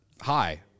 hi